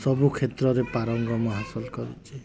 ସବୁ କ୍ଷେତ୍ରରେ ପାରଙ୍ଗମ ହାସଲ କରିଛି